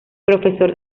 profesor